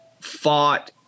fought